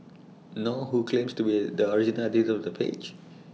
nor who claims to be the original editor of the page